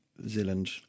Zealand